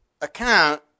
account